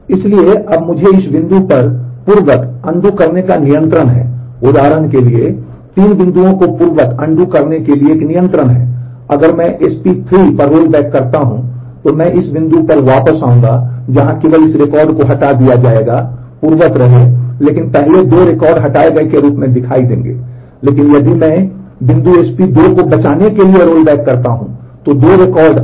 इसलिए अब मुझे इस बिंदु पर पूर्ववत नहीं जैसे ये सब हुआ